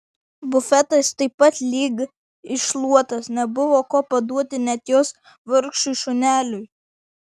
bufetas taip pat lyg iššluotas nebuvo ko paduoti net jos vargšui šuneliui